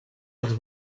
als